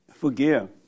Forgive